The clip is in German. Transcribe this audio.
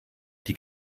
die